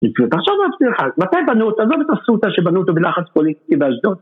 תחשוב לעצמך: אז מתי בנו אותה? לא את אסותא שבנו אותה בלחץ פוליטי באשדות